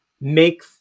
Make